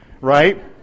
right